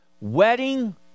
wedding